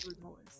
remorse